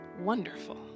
wonderful